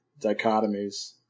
dichotomies